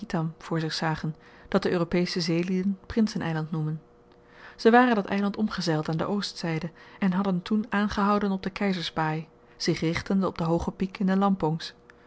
voor zich zagen dat de europesche zeelieden prinsen eiland noemen zy waren dat eiland omgezeild aan de oostzyde en hadden toen aangehouden op de keizersbaai zich richtende op den hoogen piek in de